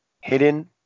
hidden